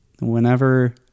whenever